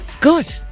Good